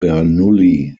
bernoulli